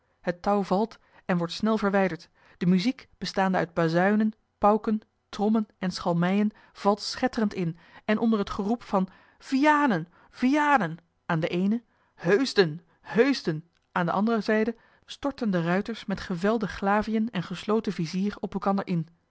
het touw valt en wordt snel verwijderd de muziek bestaande uit bazuinen pauken trommen en schalmeiën valt schetterend in en onder het geroep van vianen vianen aan de eene heusden heusden aan de andere zijde storten de ruiters met gevelde glaviën en gesloten vizier op elkander in